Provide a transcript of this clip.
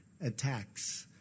attacks